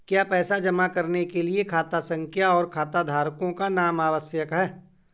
क्या पैसा जमा करने के लिए खाता संख्या और खाताधारकों का नाम आवश्यक है?